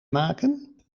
maken